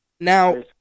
Now